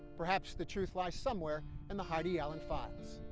perhaps the truth lays somewhere in the heidi allen files.